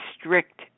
strict